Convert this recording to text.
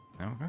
okay